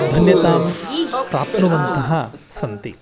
धन्यतां प्राप्नुवन्तः सन्ति